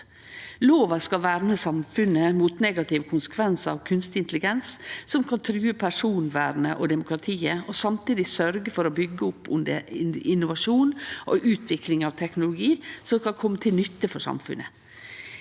Lova skal verne samfunnet mot negative konsekvensar av kunstig intelligens som kan true personvernet og demokratiet, og samtidig sørgje for å byggje opp under innovasjon og utvikling av teknologi som kan kome samfunnet